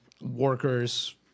workers